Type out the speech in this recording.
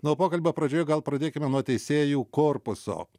na o pokalbio pradžioje gal pradėkime nuo teisėjų korpuso